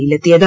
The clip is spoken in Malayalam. യിൽ എത്തിയത്